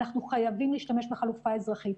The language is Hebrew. אנחנו חייבים להשתמש בחלופה אזרחית.